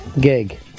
gig